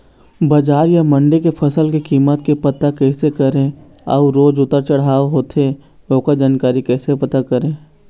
बजार या मंडी के फसल के कीमत के पता कैसे करें अऊ रोज उतर चढ़व चढ़व होथे ओकर जानकारी कैसे पता करें?